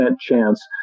chance